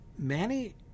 Manny